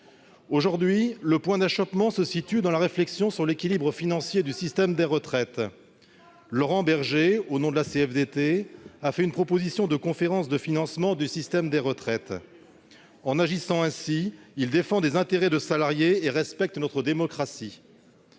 Aujourd'hui, le point d'achoppement se trouve dans la réflexion sur l'équilibre financier du système de retraite. Laurent Berger, au nom de la CFDT, a proposé la tenue d'une conférence de financement. En agissant ainsi, il défend les intérêts des salariés et respecte notre démocratie.